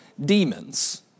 demons